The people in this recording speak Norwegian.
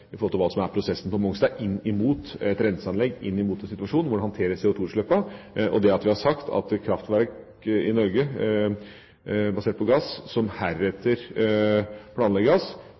i forhold til hva som er prosessen på Mongstad inn mot et renseanlegg, inn mot en situasjon hvor det håndteres CO2-utslipp, og det at vi har sagt at de kraftverk i Norge basert på gass som heretter planlegges,